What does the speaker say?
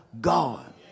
God